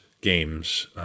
games